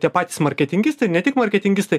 tie patys marketingistai ne tik marketingistai